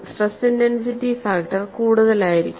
stress intensity factor കൂടുതലായിരിക്കും